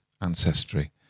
ancestry